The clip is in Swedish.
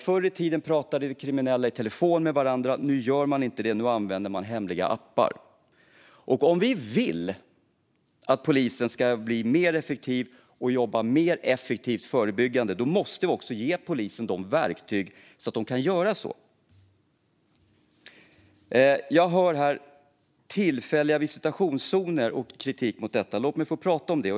Förr i tiden pratade de kriminella med varandra i telefon. Nu gör de inte det. Nu använder de hemliga appar. Om vi vill att polisen ska bli mer effektiv och jobba mer effektivt förebyggande måste vi också ge polisen verktyg så att den kan göra det. Det finns kritik mot förslaget om tillfälliga visitationszoner. Låt mig få tala om det.